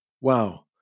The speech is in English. wow